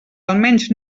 almenys